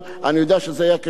סוף טוב, הכול טוב.